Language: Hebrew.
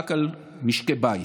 רק על משקי בית,